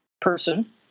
person